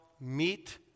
meet